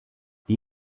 die